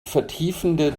vertiefende